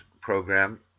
program